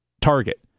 target